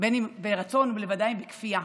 אם מרצון ובוודאי אם בכפייה.